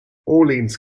orleans